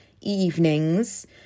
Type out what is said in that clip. evenings